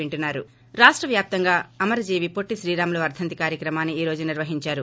break రాష్ట వ్యాప్తంగా అమరజీవి పొట్టి శ్రీరాములు వర్దంతి కార్యక్రమాన్ని ఈ రోజు నిర్వహిందారు